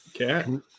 Okay